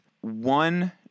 One